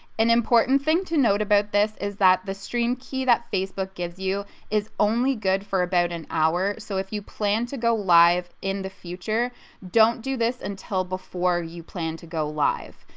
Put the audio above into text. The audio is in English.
an important thing to note about this is that the stream key that facebook gives you is only good for about an hour so if you plan to go live in the future don't do this until before you plan to go live.